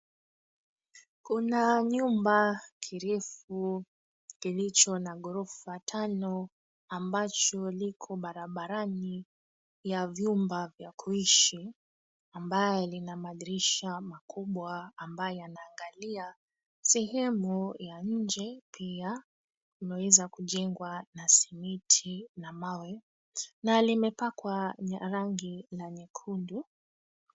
Kuna nyumba kirefu kilicho na ghorofa tano ambacho liko barabarani ya vyumba vya kuishi ambaye lina madirisha makubwa ambayo yanaangalia sehemu ya nje. Pia unaweza kujengwa na simiti na mawe na limepakwa rangi la nyekundu.